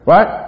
Right